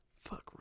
Fuck